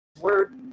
Word